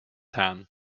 ten